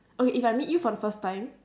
okay if I meet you for the first time